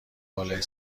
بالای